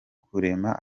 kurema